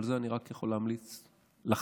אבל אני רק יכול להמליץ לחלל.